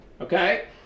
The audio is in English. okay